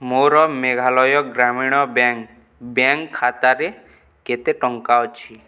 ମୋର ମେଘାଳୟ ଗ୍ରାମୀଣ ବ୍ୟାଙ୍କ୍ ବ୍ୟା ଖାତାରେ କେତେ ଟଙ୍କା ଅଛି